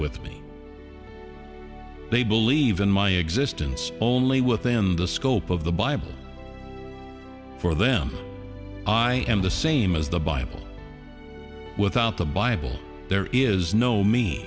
me they believe in my existence only within the scope of the bible for them i am the same as the bible without the bible there is no me